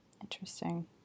interesting